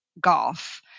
golf